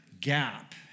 gap